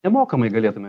nemokamai galėtume